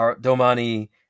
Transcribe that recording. Domani